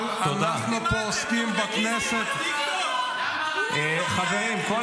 אבל אנחנו פה עוסקים בכנסת --- תדבר על